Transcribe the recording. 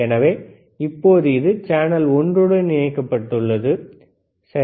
எனவே இப்போது இது சேனல் ஒன்றுடன் இணைக்கப்பட்டுள்ளது சரி